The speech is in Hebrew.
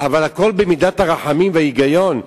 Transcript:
אבל הכול במידת הרחמים וההיגיון.